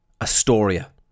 Astoria